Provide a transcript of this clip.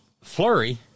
flurry